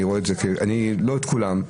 לא את כולן.